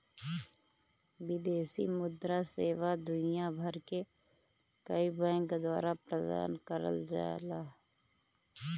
विदेशी मुद्रा सेवा दुनिया भर के कई बैंक द्वारा प्रदान करल जाला